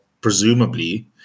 presumably